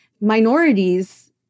minorities